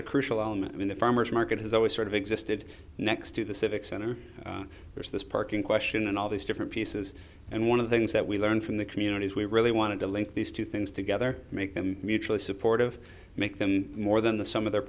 a crucial element in the farmer's market has always sort of existed next to the civic center there's this parking question and all these different pieces and one of the things that we learn from the community is we really want to link these two things together make them mutually supportive make them more than the sum of their